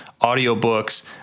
audiobooks